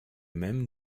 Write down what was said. même